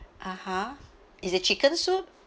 (uh huh) is it chicken soup